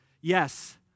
Yes